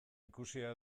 ikusia